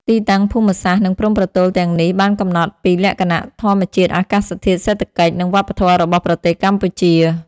ទីតាំងភូមិសាស្ត្រ និងព្រំប្រទល់ទាំងនេះបានកំណត់ពីលក្ខណៈធម្មជាតិ អាកាសធាតុ សេដ្ឋកិច្ច និងវប្បធម៌របស់ប្រទេសកម្ពុជា។